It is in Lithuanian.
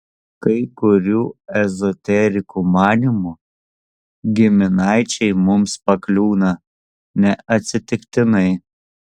kai kurių ezoterikų manymu giminaičiai mums pakliūna ne atsitiktinai